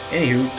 Anywho